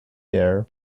there